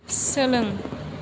सोलों